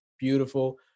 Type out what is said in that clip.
beautiful